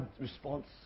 response